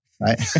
Right